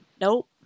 nope